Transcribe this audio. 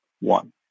one